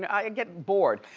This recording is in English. and i and get bored.